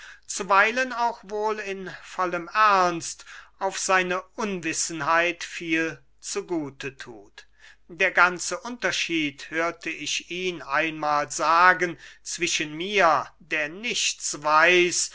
zuweilen auch wohl in vollem ernst auf seine unwissenheit viel zu gute thut der ganze unterschied hörte ich ihn einmahl sagen zwischen mir der nichts weiß